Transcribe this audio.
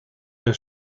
der